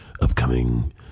upcoming